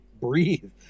breathe